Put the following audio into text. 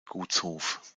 gutshof